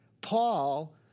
Paul